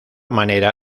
manera